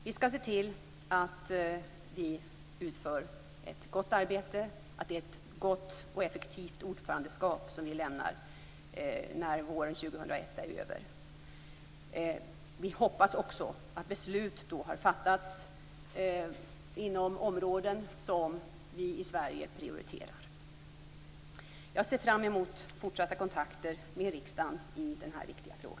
Vi skall se till att vi utför ett gott arbete och att det är ett gott och effektivt ordförandeskap som vi lämnar när våren 2001 är över. Vi hoppas också att beslut då har fattats inom områden som vi i Sverige prioriterar. Jag ser fram emot fortsatta kontakter med riksdagen i denna viktiga fråga.